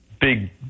big